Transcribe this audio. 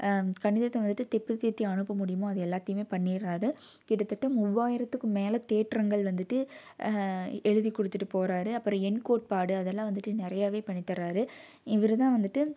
கணிதத்தை வந்துட்டு தெப்புத்தேத்தி அனுப்ப முடியுமோ அது எல்லாத்தையுமே பண்ணிவிடுறாரு கிட்டத்தட்ட மூவாயிரத்துக்கும் மேலே தேற்றங்கள் வந்துட்டு எழுதிக் கொடுத்துட்டு போகிறாரு அப்புறம் எண் கோட்பாடு அதெல்லாம் வந்துட்டு நிறையாவே பண்ணித்தரறாரு இவர்தான் வந்துட்டு